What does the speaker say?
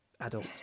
adult